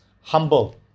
humble